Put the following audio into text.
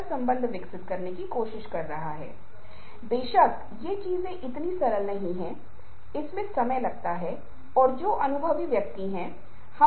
जबकि महिला अधिक जिज्ञासु है दिशा में अधिक झुक रही है सीधे और यहाँ पर लड़की देख रही है आप देखते हैं कि हालांकि वह स्पष्ट रूप से प्रार्थना कर रही है और उसके सिर ने स्थिति नहीं बदली है